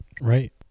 right